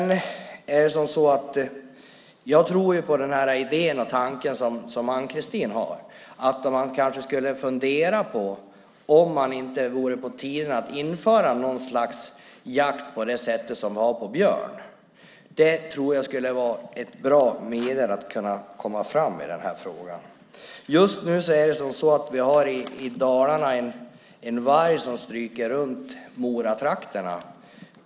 Jag tror på idén och tanken som Ann-Kristine Johansson har, att man kanske ska fundera på om det inte är på tiden att man inför något slags jakt på samma sätt som vi har på björn. Det tror jag skulle vara ett bra medel att komma framåt i frågan. Just nu har vi i Dalarna en varg som stryker runt Moratrakterna.